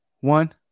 one